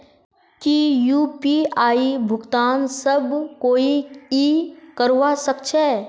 की यु.पी.आई भुगतान सब कोई ई करवा सकछै?